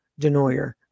denoyer